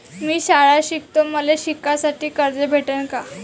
मी शाळा शिकतो, मले शिकासाठी कर्ज भेटन का?